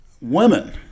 women